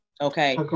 Okay